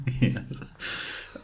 Yes